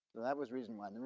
that was reason one.